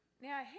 Now